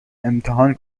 امتحان